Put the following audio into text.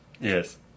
Yes